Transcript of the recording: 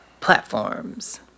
platforms